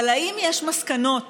אבל האם יש מסקנות